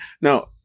No